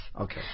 Okay